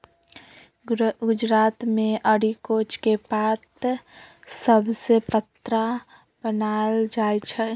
गुजरात मे अरिकोच के पात सभसे पत्रा बनाएल जाइ छइ